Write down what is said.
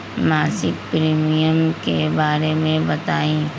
मासिक प्रीमियम के बारे मे बताई?